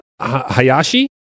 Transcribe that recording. Hayashi